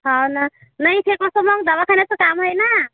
हाव ना नाही इथे कसं मग दवाखान्याचं काम आहे ना